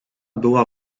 była